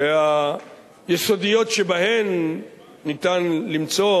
שהיסודיות שבהן ניתן למצוא